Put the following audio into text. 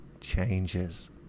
changes